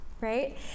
right